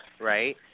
right